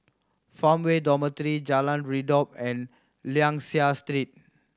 Farmway Dormitory Jalan Redop and Liang Seah Street